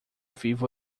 vivo